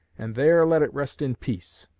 and there let it rest in peace.